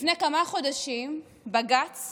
לפני כמה חודשים בג"ץ